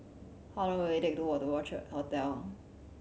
how long will it take to walk to Orchid Hotel